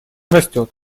растет